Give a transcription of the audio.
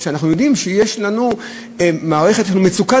כשאנחנו יודעים שיש לנו מערכת של מצוקת